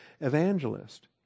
evangelist